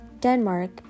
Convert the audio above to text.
Denmark